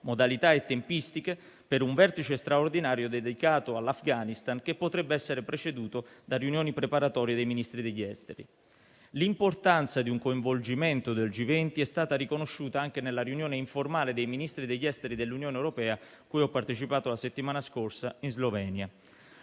modalità e tempistiche per un vertice straordinario dedicato all'Afghanistan che potrebbe essere preceduto da riunioni preparatorie dei Ministri degli esteri. L'importanza di un coinvolgimento del G20 è stata riconosciuta anche nella riunione informale dei Ministri degli esteri dell'Unione europea cui ho partecipato la settimana scorsa in Slovenia.